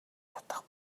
татах